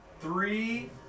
three